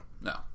No